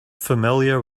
familiar